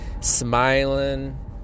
smiling